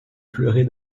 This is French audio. pleurer